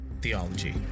Theology